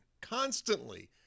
constantly